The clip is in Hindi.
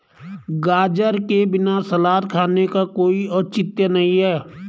गाजर के बिना सलाद खाने का कोई औचित्य नहीं है